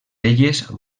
elles